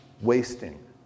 wasting